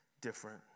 different